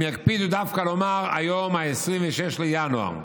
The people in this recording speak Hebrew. הם יקפידו דווקא לומר: היום 26 בינואר.